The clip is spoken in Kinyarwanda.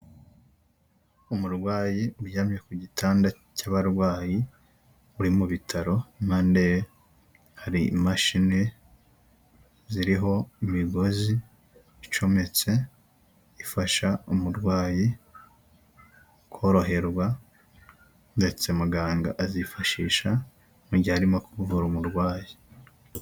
Umurwayi uryamye ku gitanda cy'abarwayi uri mu bitaro, impande ye hari imashini ziriho imigozi icometse ifasha umurwayi koroherwa ndetse muganga azifashisha mu gihe arimo kuvura umurwayi.